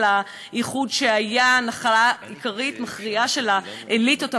האיחוד שהיה נחלתן המכריעה של האליטות הפוליטיות,